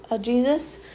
Jesus